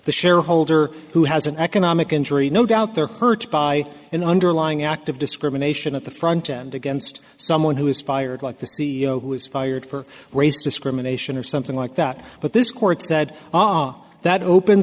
the shareholder who has an economic injury no doubt they're hurt by an underlying act of discrimination at the front end against someone who is fired like the c e o who was fired for race discrimination or something like that but this court said ah that open